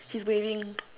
he's waving